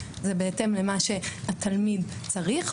זה בהתאם למה שהתלמיד צריך,